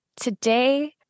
Today